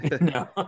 no